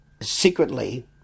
secretly